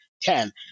ten